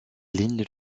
ligne